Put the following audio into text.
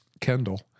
Kendall